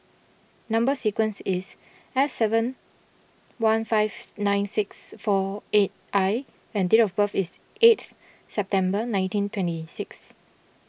Number Sequence is S seven one five nine six four eight I and date of birth is eighth September nineteen twenty six